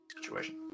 situation